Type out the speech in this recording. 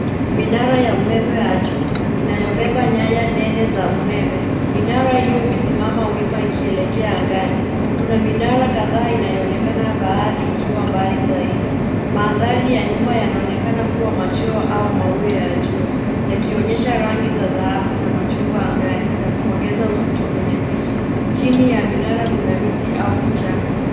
Minara ya umeme ya juu inabeba nyaya Nene za umeme. Minara hiyo imesimama wima ikielekea angani na minara kadhaa inaonekana baadhi ikiwa mbali zaidi. Maandhari ya nyuma yanaonekana kuwa machweo au mawio ya jua yakionyesha rangi za dhahabu na machungwa angani na kuongeza uzuri kwenye picha. Chini ya minara kuna miti au vichaka.